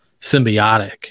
symbiotic